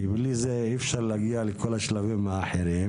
כי בלי זה אי אפשר להגיע לכל השלבים האחרים.